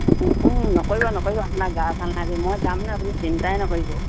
নকৰিব নকৰিব আপোনাৰ গা ভাল নাই যে মই যাম ন আপুনি চিন্তাই নকৰিব